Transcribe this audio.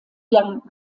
young